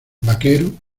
vaquero